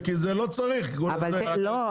לא צריך תשעה חודשים.